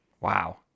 wow